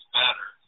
better